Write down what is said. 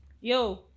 yo